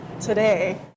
today